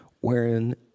wherein